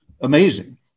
amazing